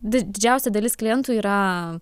didžiausia dalis klientų yra